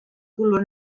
color